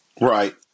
Right